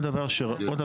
גם עוד דבר שגילינו,